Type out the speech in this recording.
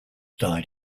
died